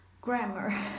grammar